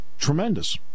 Tremendous